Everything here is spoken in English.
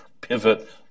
pivot